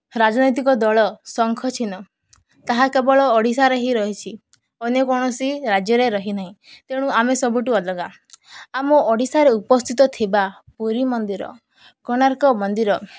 ରାଜନୈତିକ ଦଳ ଶଙ୍ଖ ଛିିହ୍ନ ତାହା କେବଳ ଓଡ଼ିଶାରେ ହିଁ ରହିଛି ଅନ୍ୟ କୌଣସି ରାଜ୍ୟରେ ରହିନାହିଁ ତେଣୁ ଆମେ ସବୁଠୁ ଅଲଗା ଆମ ଓଡ଼ିଶାରେ ଉପସ୍ଥିତ ଥିବା ପୁରୀ ମନ୍ଦିର କୋଣାର୍କ ମନ୍ଦିର